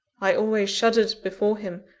i always shuddered before him,